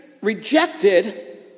rejected